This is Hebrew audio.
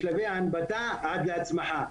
בשלבי ההנבטה עד ההצמחה.